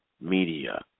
media